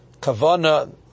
kavana